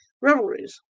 revelries